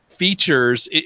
features